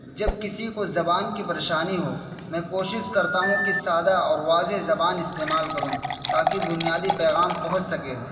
جب کسی کو زبان کی پریشانی ہو میں کوشش کرتا ہوں کہ سادہ اور واضح زبان استعمال کروں تاکہ بنیادی پیغام پہنچ سکے